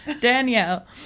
danielle